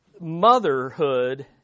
motherhood